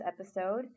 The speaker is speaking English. episode